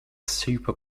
super